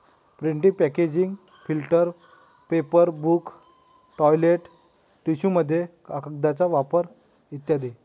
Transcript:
printing packaging filter paper book toilet टिश्यूमध्ये कागदाचा वापर इ